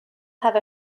have